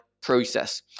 process